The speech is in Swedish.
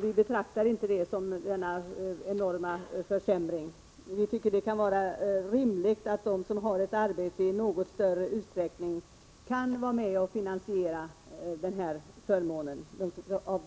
Vi betraktar inte detta som någon enorm försämring. Det kan vara rimligt att de som har ett arbete i något större utsträckning är med och finansierar försäkringen